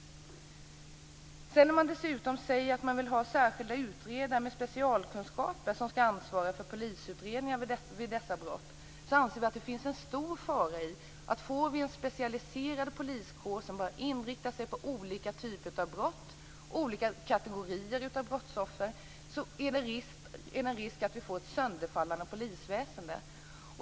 När man dessutom säger att man vill ha särskilda utredare med specialkunskaper som skall ansvara för polisutredningar vid dessa brott, anser vi att det finns en stora fara i att vi får en specialiserad poliskår som bara inriktar sig på olika typer av brott, olika kategorier av brottsoffer. Då finns det en risk att vi får ett sönderfallande polisväsende.